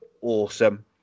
awesome